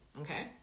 okay